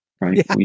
Right